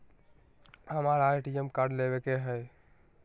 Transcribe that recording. हमारा ATM card लेव के हई